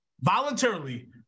voluntarily